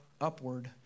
upward